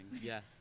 Yes